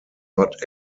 not